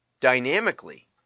Dynamically